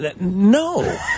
No